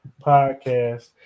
Podcast